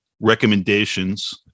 recommendations